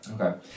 Okay